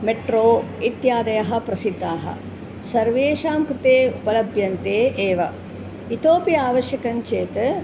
metro इत्यादयः प्रसिद्धाः सर्वेषां कृते उपलभ्यन्ते एव इतोऽपि आवश्यकञ्चेत्